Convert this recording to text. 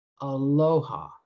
aloha